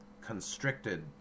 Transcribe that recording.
constricted